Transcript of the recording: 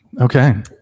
okay